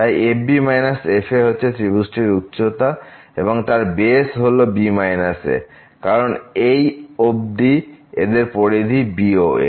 তাই f b f হচ্ছে ত্রিভুজটির উচ্চতা এবং তার বেসটি হল b a কারণ এই অব্দি এদের পরিধি b ও a